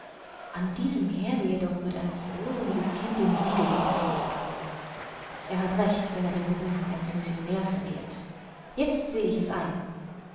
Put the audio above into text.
an diesem herde jedoch wird ein frohsinniges kind den sieg über ihn davon tragen er hat recht wenn er den beruf eines missionärs erwählt jetzt sehe ich es ein